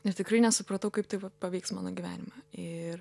ir tikrai nesupratau kaip tai paveiks mano gyvenimą ir